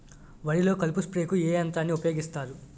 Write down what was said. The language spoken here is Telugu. వరిలో కలుపు స్ప్రేకు ఏ యంత్రాన్ని ఊపాయోగిస్తారు?